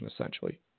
essentially